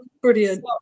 Brilliant